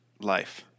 life